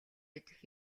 идэх